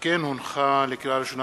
לקריאה ראשונה,